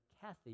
Kathy